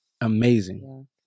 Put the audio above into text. amazing